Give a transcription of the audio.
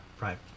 right